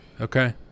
okay